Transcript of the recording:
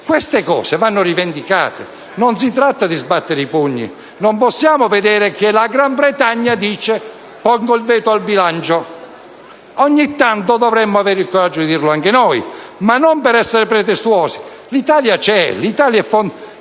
Queste cose vanno rivendicate. Non si tratta di battere i pugni sul tavolo. Non possiamo stare a vedere la Gran Bretagna dire: «Pongo il veto al bilancio»:o gni tanto dovremmo avere il coraggio di dirlo anche noi, ma non per essere pretestuosi. L'Italia c'è, è cofondatrice